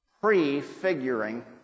prefiguring